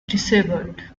disabled